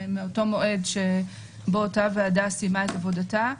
מאותו מועד שבו אותה ועדה סיימה את עבודתה.